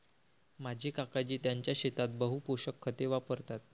माझे काकाजी त्यांच्या शेतात बहु पोषक खते वापरतात